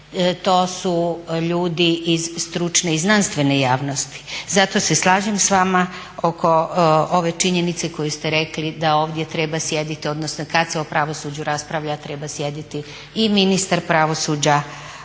to su ljudi iz stručne i znanstvene javnosti. Zato se slažem s vama oko ove činjenice koju ste rekli da ovdje treba sjediti, odnosno kada se o pravosuđu raspravlja treba sjediti i ministar pravosuđa